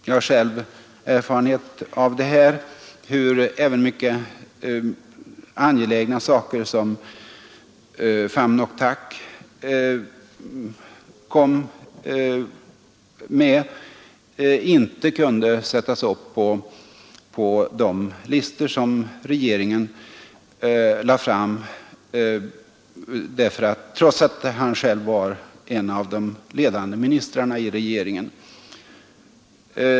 Jag har själv erfarenhet av hur även mycket angelägna saker som Pham Ngoc Thach föreslog inte kunde sättas upp på de listor som regeringen lade fram, trots att han själv var en av de ledande ministrarna i regeringen.